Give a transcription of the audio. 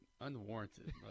unwarranted